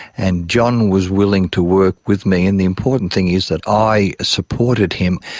and john was willing to work with me, and the important thing is that i supported him,